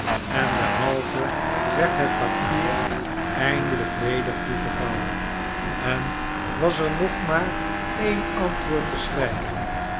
en derhalve werd het papier eindelijk weder toegevouwen en was er nog maar een antwoord te schrijven